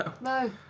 no